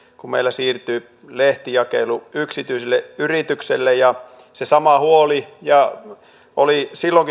kun meillä siirtyi lehdenjakelu yksityiselle yritykselle se sama huoli oli silloin